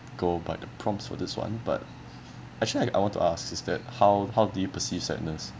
go by the prompts for this one but actually I I want to ask is that how how do you perceive sadness